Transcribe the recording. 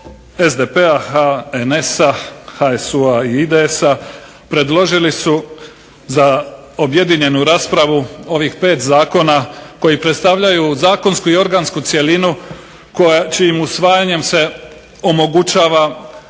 SDP-a, HNS-a, IDS-a i HSU-a predložili su za objedinjenu raspravu ovih 5 zakona koji predstavljaju organsku i zakonsku cjelinu čijim usvajanjem se omogućava